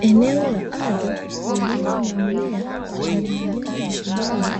Eneo la ardhi lililo na mmea wenye majani ya kijani,